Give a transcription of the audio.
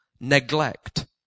neglect